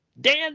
Dan